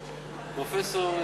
פרופסור,